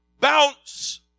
bounce